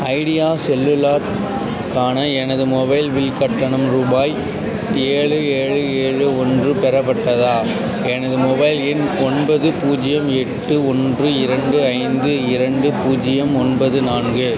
idea செல்லுலாருக்கான எனது mobile bill கட்டணம் ரூபாய் ஏழு ஏழு ஏழு ஒன்று பெறப்பட்டதா எனது மொபைல் எண் ஒன்பது பூஜ்ஜியம் எட்டு ஒன்று இரண்டு ஐந்து இரண்டு பூஜ்ஜியம் ஒன்பது நான்கு